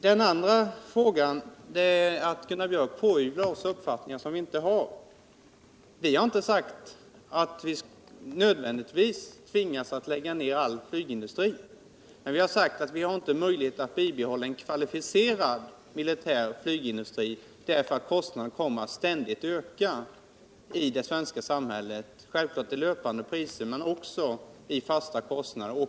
Gunnar Björk pådyvlar också socialdemokraterna uppfattningar som vi inte har. Vi har inte sagt att man är tvungen att lägga ner all flygindustri. Vad vi har sagt är att vi inte har möjlighet att bibehålla en kvalificerad militär flygindustri därför att kostnaderna kommer att ständigt öka för det svenska samhället — självfallet gäller detta vid löpande priser men också räknat i fasta kostnader.